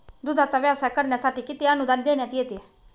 दूधाचा व्यवसाय करण्यासाठी किती अनुदान देण्यात येते?